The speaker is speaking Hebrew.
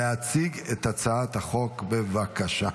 להציג את הצעת החוק, בבקשה.